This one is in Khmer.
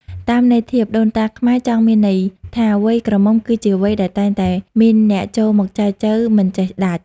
តាមន័យធៀប ដូនតាខ្មែរចង់មានន័យថា វ័យក្រមុំគឺជាវ័យដែលតែងតែមានអ្នកចូលមកចែចង់មិនចេះដាច់។